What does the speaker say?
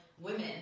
women